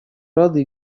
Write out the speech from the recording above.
рады